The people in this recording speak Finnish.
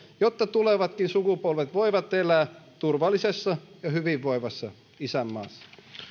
jotta tulevatkin sukupolvet voivat elää turvallisessa ja hyvinvoivassa isänmaassa